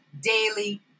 daily